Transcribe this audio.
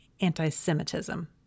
anti-Semitism